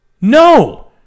no